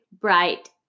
bright